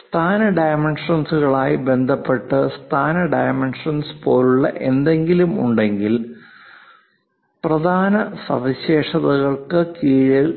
സ്ഥാന ഡൈമെൻഷൻസ്കളുമായി ബന്ധപ്പെട്ട് സ്ഥാന ഡൈമെൻഷൻസ് പോലുള്ള എന്തെങ്കിലും ഉണ്ടെങ്കിൽ പ്രധാന സവിശേഷതകൾക്ക് കീഴിൽ